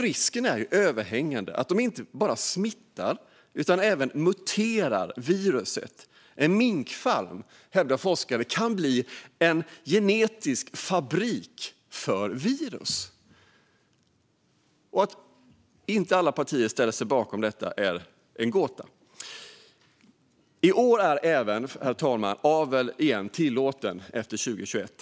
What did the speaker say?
Risken är alltså överhängande att minkar inte bara för vidare virus utan att virus muterar bland dem. Forskare hävdar att en minkfarm kan bli en genetisk fabrik för virus. Att inte alla partier ställer sig bakom detta är en gåta. I år är avel tillåten igen, herr talman, efter 2021.